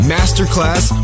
Masterclass